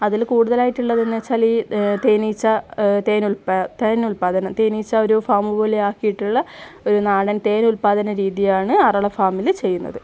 അതില് കൂടുതലായിട്ട് ഉള്ളത് എന്ന് വെച്ചാല് തേനീച്ച തേൻ ഉത്പാദന തേൻ ഉൽപാദന തേനീച്ച ഒരു ഫാമുപോലെ ആക്കിയിട്ടുള്ള ഒരു നാടൻ തേൻ ഉൽപാദന രീതിയാണ് അരള ഫാമില് ചെയ്യുന്നത്